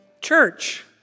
church